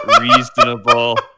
reasonable